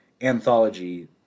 anthology